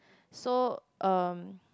so um